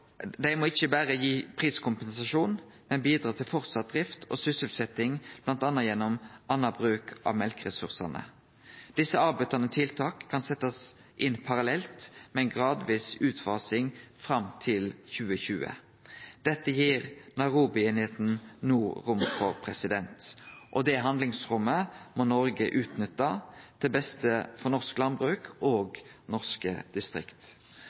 Dei må ikkje berre gi priskompensasjon, men bidra til vidare drift og sysselsetjing, bl.a. gjennom annan bruk av mjølkeressursane. Desse avbøtande tiltaka kan setjast inn parallelt med ei gradvis utfasing fram til 2020. Dette gir einigheita i Nairobi no rom for, og det handlingsrommet må Noreg utnytte til det beste for norsk landbruk og norske distrikt.